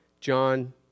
John